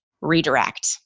redirect